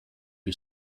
you